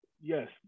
Yes